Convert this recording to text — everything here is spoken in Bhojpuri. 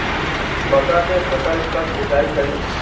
मका के फ़सल कब सिंचाई करी?